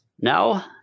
Now